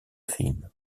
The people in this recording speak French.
films